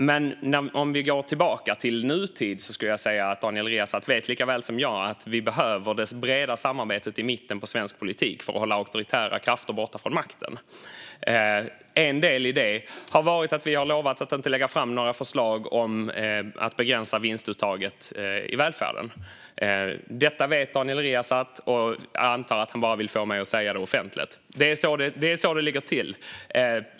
Men om vi går tillbaka till nutid vet Daniel Riazat likaväl som jag att vi behöver det breda samarbetet i mitten av svensk politik för att hålla auktoritära krafter borta från makten. En del i detta har varit att vi har lovat att inte lägga fram några förslag om att begränsa vinstuttaget i välfärden. Detta vet Daniel Riazat, och jag antar att han bara vill få mig att säga det offentligt. Det är så det ligger till.